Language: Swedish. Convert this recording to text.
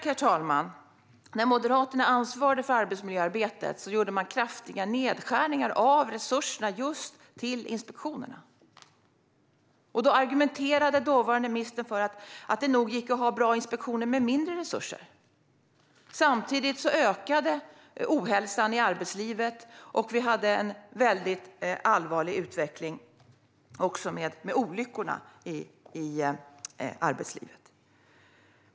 Herr talman! När Moderaterna ansvarade för arbetsmiljöarbetet gjorde de kraftiga nedskärningar av resurserna till just inspektionerna. Då argumenterade dåvarande minister för att det nog gick att ha bra inspektioner med mindre resurser. Samtidigt ökade ohälsan i arbetslivet, och det var en allvarlig utveckling vad gällde olyckor i arbetslivet.